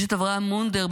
יש את אברהם מונדר,